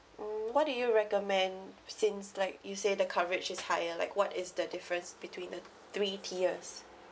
mm what do you recommend since like you say the coverage is higher like what is the difference between the three tiers